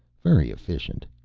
very efficient.